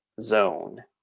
zone